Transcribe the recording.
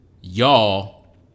y'all